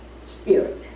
Spirit